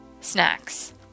snacks